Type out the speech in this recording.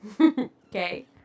Okay